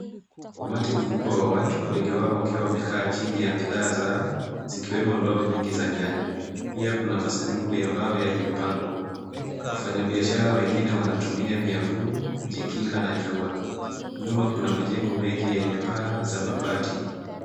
Umati mkubwa wa watu, wengi wao wakiwa wamekaa chini ya bidhaa zao zikiwemo ndoo nyingi za nyanya. Pia kuna masanduku ya mbao yaliyopangwa. Wafanyabiashara wengine wanatumia miavuli kujikinga na jua. Nyuma kuna majengo mengi yenye paa za mabati.